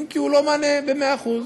אם כי הוא לא מענה במאה אחוז.